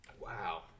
Wow